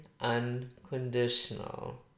unconditional